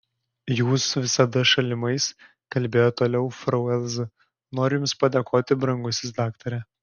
jūs visada šalimais kalbėjo toliau frau elza noriu jums padėkoti brangusis daktare